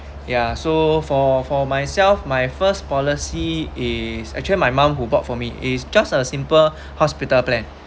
ya so for for myself my first policy is actually my mom who bought for me is just a simple hospital plan